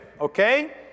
Okay